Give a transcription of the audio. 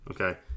okay